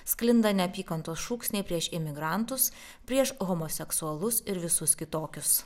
sklinda neapykantos šūksniai prieš imigrantus prieš homoseksualus ir visus kitokius